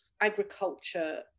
agriculture